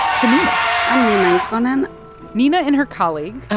to niina i'm niina ikonen nina and her colleague.